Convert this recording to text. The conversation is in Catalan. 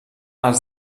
els